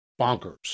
bonkers